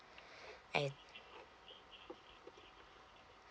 I